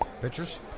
Pictures